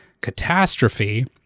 catastrophe